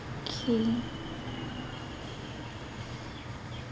okay